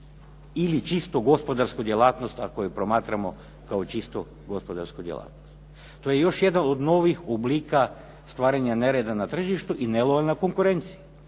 ili čistu gospodarsku djelatnost ako je promatramo kao čistu gospodarsku djelatnost. To je jedan od novih oblika stvaranja nereda na tržištu i nelojalna konkurencija.